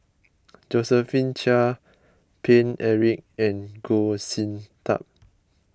Josephine Chia Paine Eric and Goh Sin Tub